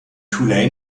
tulane